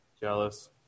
Jealous